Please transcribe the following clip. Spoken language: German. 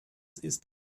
ist